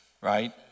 right